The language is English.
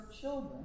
children